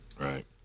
Right